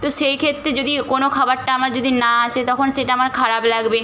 তো সেই ক্ষেত্রে যদি কোনো খাবারটা আমার যদি না আসে তখন সেটা আমার খারাপ লাগবে